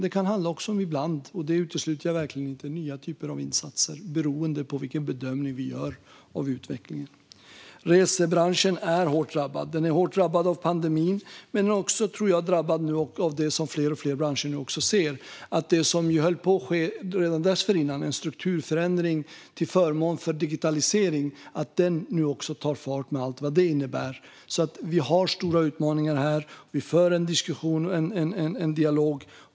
Ibland kan det också handla om - det utesluter jag verkligen inte - nya typer av insatser, beroende på vilken bedömning vi gör av utvecklingen. Resebranschen är hårt drabbad. Den har drabbats hårt av pandemin. Men jag tror att den också drabbas av det som allt fler branscher ser, och som höll på att ske redan tidigare, nämligen en strukturförändring till förmån för digitaliseringen. Den tar nu också fart, med allt vad det innebär. Vi har alltså stora utmaningar här. Vi för en dialog.